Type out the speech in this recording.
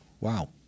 Wow